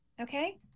Okay